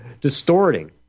distorting